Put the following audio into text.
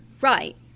right